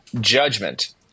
judgment